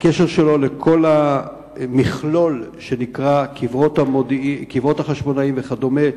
הקשר שלו לכל המכלול שנקרא קברות החשמונאים וכדומה,